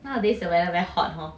nowadays the weather very hot hor